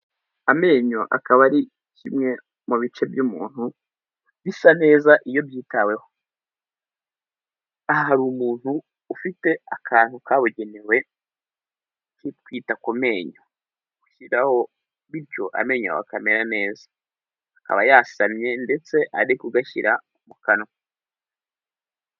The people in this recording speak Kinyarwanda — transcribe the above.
Amenyo akaba ari kimwe muntu bisa neza iyo yitaweho. Aha hari umuntu ufite akantu kabugenewe ko kwita ku menyo. Ushyiraho bityo amenyo yawe akamera neza, akaba yasamye ndetse arikugashyira mu kanwa.